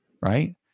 Right